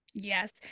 Yes